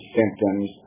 symptoms